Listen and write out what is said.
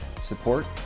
support